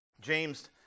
James